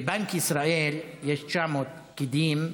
בבנק ישראל יש 900 פקידים.